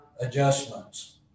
adjustments